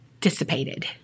dissipated